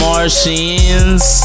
Martians